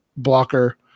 Blocker